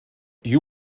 you